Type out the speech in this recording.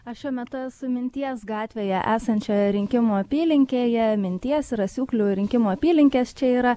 aš šiuo metu esu minties gatvėje esančioje rinkimų apylinkėje minties ir asiūklių rinkimų apylinkės čia yra